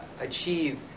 achieve